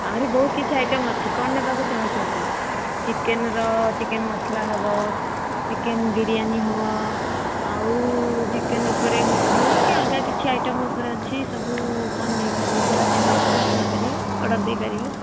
ଆହୁରି ବହୁତ କିଛି ଆଇଟମ୍ ଅଛି କ'ଣ ନେବାକୁ ଚାହୁଁଛନ୍ତି ଚିକେନର ଚିକେନ ମସଲା ହବ ଚିକେନ ବିରିୟାନୀ ହବ ଆଉ ଚିକେନ ଉପରେ ହଉ କି ଅଲଗା କିଛି ଆଇଟମ୍ ଉପରେ ଅଛି ସବୁ କ'ଣ ନେଇପାରିବେ ଯାହା ଚାହିଁବେ ସେୟା ନେଇପାରିବେ ଅର୍ଡ଼ର ଦେଇପାରିବେ